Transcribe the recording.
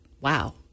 Wow